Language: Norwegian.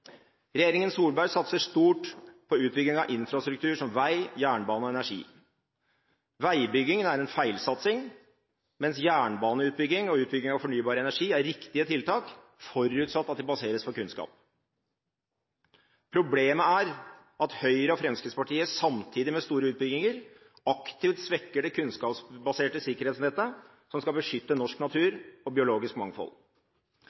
Regjeringen Solberg satser stort på utbygging av infrastruktur som vei, jernbane og energi. Veibyggingen er en feilsatsing, mens jernbaneutbygging og utbygging av fornybar energi er riktige tiltak, forutsatt at de baseres på kunnskap. Problemet er at Høyre og Fremskrittspartiet samtidig med store utbygginger aktivt svekker det kunnskapsbaserte sikkerhetsnettet som skal beskytte norsk